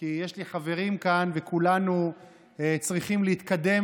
כי יש לי חברים כאן וכולנו צריכים להתקדם.